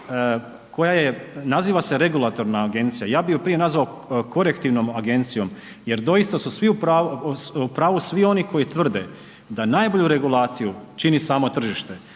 koja je, naziva se regulatorna agencija, ja bi ju prije nazvao korektivnom agencijom jer doista su u pravi svi oni koji tvrde da najbolju regulaciju čini samo tržište.